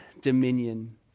dominion